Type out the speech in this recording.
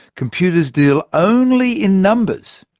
computers deal only in numbers,